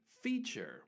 feature